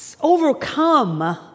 overcome